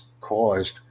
caused